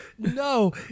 No